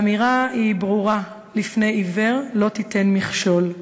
האמירה היא ברורה: בפני עיוור לא תיתן מכשול.